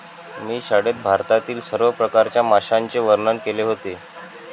मी शाळेत भारतातील सर्व प्रकारच्या माशांचे वर्णन केले होते